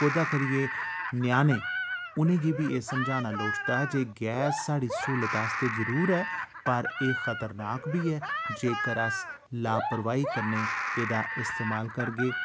ओह्दा करियै ञयानें उ'नेंगी बी एह् समझाना लोड़चदा जे गैस साढ़ी स्हूलत आस्तै जरूर ऐ पर एह् खतरनाक बी ऐ जेकर अस लापरवाही कन्नै एह्दा इस्तेमाल करगे